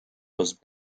was